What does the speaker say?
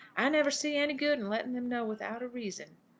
i never see any good in letting them know without a reason.